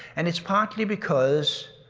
and it's partly because.